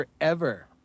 forever